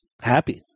happy